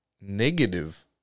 negative